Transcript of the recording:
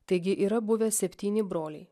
taigi yra buvę septyni broliai